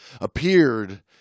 appeared